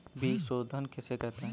बीज शोधन किसे कहते हैं?